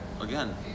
again